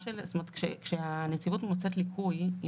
כשהנציבות מוצאת ליקוי,